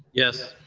yes.